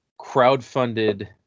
crowdfunded